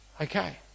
okay